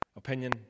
Opinion